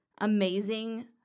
amazing